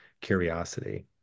curiosity